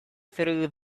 through